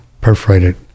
perforated